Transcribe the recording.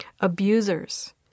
Abusers